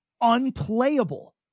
unplayable